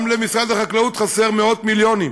גם למשרד החקלאות חסרים מאות מיליונים.